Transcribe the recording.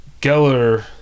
Geller